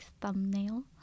thumbnail